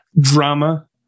Drama